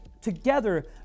together